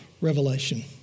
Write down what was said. revelation